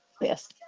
Yes